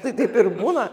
tai taip ir būna